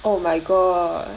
oh my god